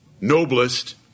noblest